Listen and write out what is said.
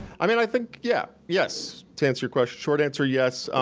i mean i think, yeah, yes. to answer your question, short answer yes.